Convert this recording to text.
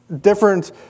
different